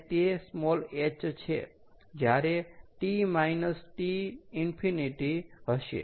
અને તે h છે જ્યારે T T∞ હશે